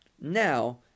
now